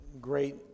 great